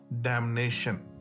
damnation